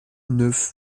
neuf